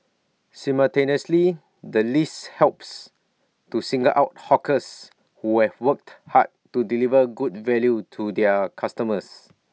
simultaneously the list helps to single out hawkers who have worked hard to deliver good value to their customers